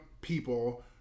people